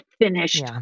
finished